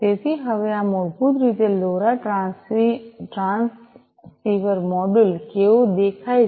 તેથી હવે આ મૂળભૂત રીતે લોરા ટ્રાન્સસીવર મોડ્યુલ કેવું દેખાય છે